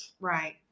Right